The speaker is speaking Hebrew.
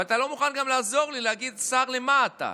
אבל אתה גם לא מוכן לעזור לי ולהגיד שר למה אתה.